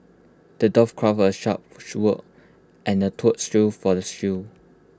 the dwarf crafted A sharp sword and A tough shield for the